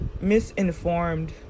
misinformed